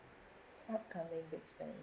upcoming big spending